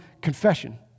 confession